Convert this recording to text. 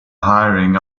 hiring